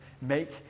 Make